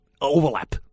overlap